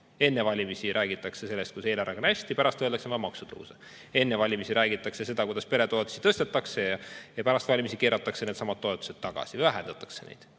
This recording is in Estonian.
Enne valimisi räägitakse sellest, et eelarvega on hästi, pärast öeldakse, et on vaja maksutõuse. Enne valimisi räägitakse, kuidas peretoetusi tõstetakse, aga pärast valimisi keeratakse needsamad toetused tagasi või vähendatakse neid.